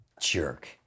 Jerk